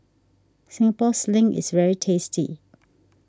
Singapore Sling is very tasty